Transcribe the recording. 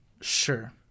Sure